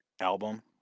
album